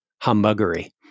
humbuggery